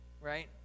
right